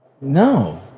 No